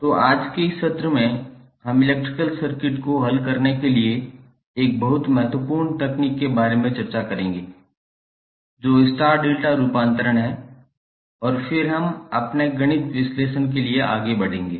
तो आज के सत्र में हम इलेक्ट्रिकल सर्किट को हल करने के लिए 1 बहुत महत्वपूर्ण तकनीक के बारे में चर्चा करेंगे जो स्टार डेल्टा रूपांतरण है और फिर हम अपने गणित विश्लेषण के लिए आगे बढ़ेंगे